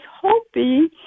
hoping